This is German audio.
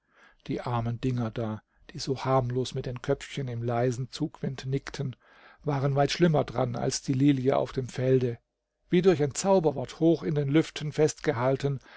die armen dinger da die so harmlos mit den köpfchen im leisen zugwind nickten waren weit schlimmer dran als die lilie auf dem felde wie durch ein zauberwort hoch in den lüften festgehalten